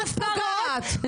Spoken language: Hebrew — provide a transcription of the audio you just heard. נפגעות,